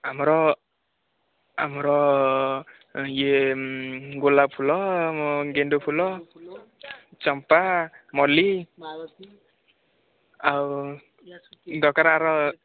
ଆମର ଆମର ଇଏ ଗୋଲାପ ଫୁଲ ଗେଣ୍ଡୁ ଫୁଲ ଚମ୍ପା ମଲ୍ଲି ମାଳତୀ ଆଉ ଦରକାର ଆର